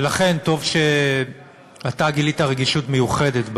ולכן, טוב שאתה גילית רגישות מיוחדת בעניין.